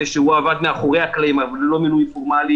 שהוא עבד מאחורי הקלעים אבל הוא לא מינוי פורמלי